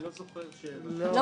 אני לא זוכר ש --- לא,